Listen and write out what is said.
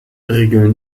regeln